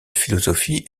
philosophie